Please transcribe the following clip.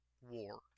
war